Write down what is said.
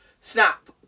snap